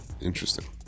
Interesting